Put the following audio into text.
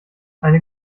eine